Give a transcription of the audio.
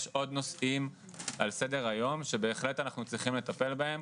יש עוד נושאים על סדר היום שאנחנו בהחלט צריכים לטפל בהם,